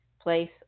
place